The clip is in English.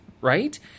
right